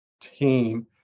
team